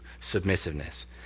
submissiveness